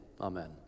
Amen